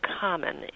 common